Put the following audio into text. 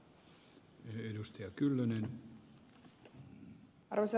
arvoisa herra puhemies